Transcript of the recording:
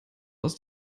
aus